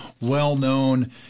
well-known